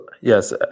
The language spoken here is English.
yes